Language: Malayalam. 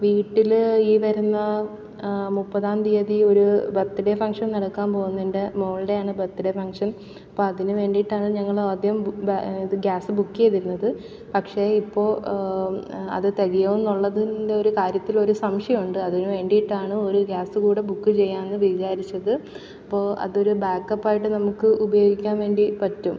വീട്ടിൽ ഈ വരുന്ന മുപ്പതാം തിയതി ഒരു ബർത്ത് ഡെ ഫങ്ഷൻ നടക്കാൻ പോകുന്നുണ്ട് മോളുടെയാണ് ബർത്ത് ഡെ ഫങ്ഷൻ അപ്പം അതിനു വേണ്ടിയിട്ടാണ് ഞങ്ങളാദ്യം ബ ഇതു ഗ്യാസ് ബുക്ക് ചെയ്തിരുന്നത് പക്ഷെ ഇപ്പോൾ അത് തികയണമെന്നുള്ളതിന്റെ ഒരു കാര്യത്തിലൊരു സംശയമുണ്ട് അതിനുവേണ്ടിയിട്ടാണ് ഒരു ഗ്യാസ് കൂടെ ബുക്ക് ചെയ്യാമെന്നു വിചാരിച്ചത് അപ്പോൾ അതൊരു ബാക്ക് അപ്പായിട്ട് നമുക്ക് ഉപയോഗിക്കാൻ വേണ്ടി പറ്റും